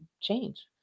change